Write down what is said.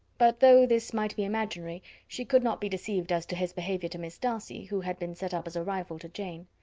but, though this might be imaginary, she could not be deceived as to his behaviour to miss darcy, who had been set up as a rival to jane.